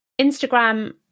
Instagram